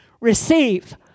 Receive